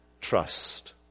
trust